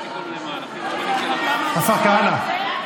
השר כהנא,